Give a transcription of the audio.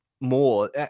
more